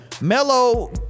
Melo